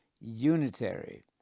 unitary